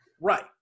right